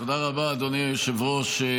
תודה רבה, אדוני היושב-ראש.